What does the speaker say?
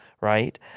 Right